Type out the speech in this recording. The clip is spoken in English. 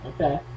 Okay